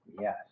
Yes